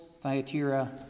Thyatira